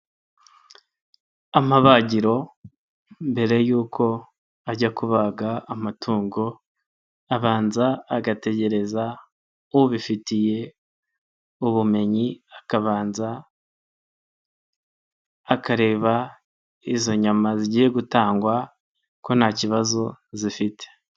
Amabagiro mbere yuko ajya kubaga amatungo abanza agategereza ubifitiye ubumenyi, akabanza akareba izo nyama zigiye gutangwa ko nta kibazo zifite.